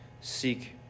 seek